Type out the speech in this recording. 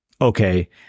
okay